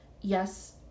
Yes